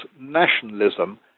nationalism